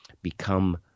become